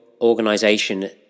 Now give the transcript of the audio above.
organization